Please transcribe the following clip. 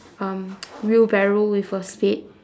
um wheelbarrow with a spade